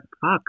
fuck